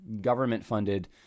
government-funded